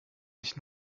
sich